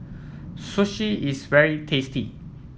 Sushi is very tasty